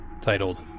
titled